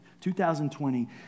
2020